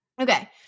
Okay